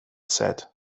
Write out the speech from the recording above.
said